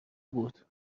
بود